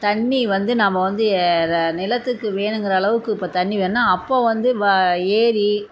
தண்ணி வந்து நம்ம வந்து நிலத்துக்கு வேணுங்கிற அளவுக்கு இப்போ தண்ணி வேணுனா அப்போ வந்து வ ஏரி